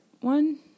one